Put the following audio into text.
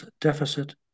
Deficit